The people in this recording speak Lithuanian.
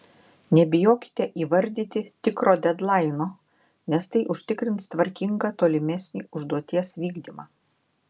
nebijokite įvardyti tikro dedlaino nes tai užtikrins tvarkingą tolimesnį užduoties vykdymą